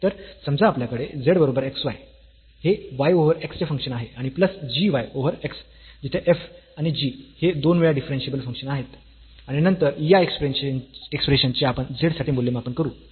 तर समजा आपल्याकडे z बरोबर x y हे y ओव्हर x चे फंक्शन आहे आणि plus g y over x आणि जिथे f आणि g हे 2 वेळा डिफरन्शियेबल फंक्शन आहेत आणि नंतर या एक्सप्रेशन चे आपण z साठी मूल्यमापन करू